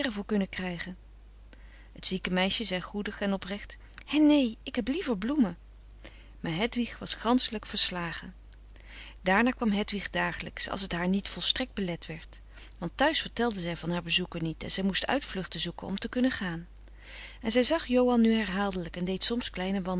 voor kunnen krijgen het zieke meisje zei goedig en oprecht hè nee ik heb liever bloemen maar hedwig was ganschelijk verslagen daarna kwam hedwig dagelijks als het haar niet frederik van eeden van de koele meren des doods volstrekt belet werd want thuis vertelde zij van haar bezoeken niet en zij moest uitvluchten zoeken om te kunnen gaan en zij zag johan nu herhaaldelijk en deed soms kleine